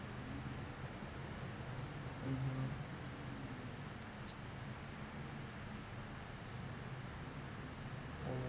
mmhmm oh